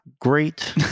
great